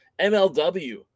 MLW